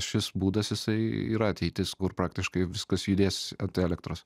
šis būdas jisai yra ateitis kur praktiškai viskas judės ant elektros